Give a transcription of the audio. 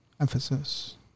Emphasis